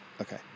okay